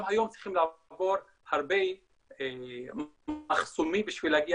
גם היום צריכים לעבור הרבה מחסומים בשביל להגיע